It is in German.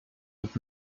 wird